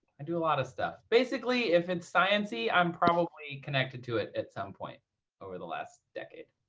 i do a lot of stuff. basically, if it's sciencey, i'm probably connected to it at some point over the last decade.